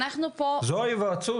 אנחנו פה --- זו ההיוועצות.